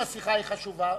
אם השיחה חשובה,